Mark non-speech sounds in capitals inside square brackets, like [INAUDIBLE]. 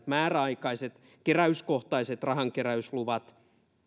[UNINTELLIGIBLE] määräaikaiset keräyskohtaiset rahankeräysluvat